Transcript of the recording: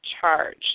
charge